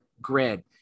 grid